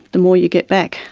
the more you get back,